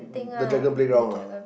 the dragon playground ah